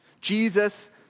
Jesus